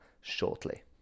shortly